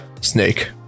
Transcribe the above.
snake